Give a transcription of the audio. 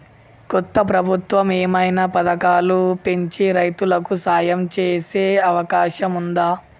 కొత్త ప్రభుత్వం ఏమైనా పథకాలు పెంచి రైతులకు సాయం చేసే అవకాశం ఉందా?